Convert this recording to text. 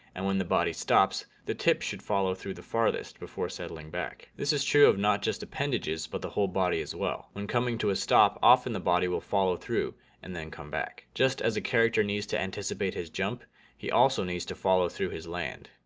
and when the body stops, the tip should follow through the farthest before settling back. this is true of not just appendages, but the whole body as well. when coming to a stop often the body will follow through and then come back. just as the character needs to anticipate his jump he also needs to follow through his land.